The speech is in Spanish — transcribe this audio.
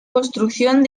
construcción